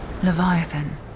Leviathan